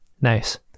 Nice